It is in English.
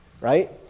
right